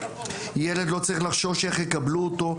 ילד לא צריך לחשוש איך יקבלו אותו,